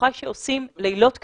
בטוחה שעושים לילות כימים,